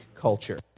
culture